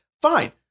fine